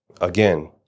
again